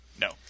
No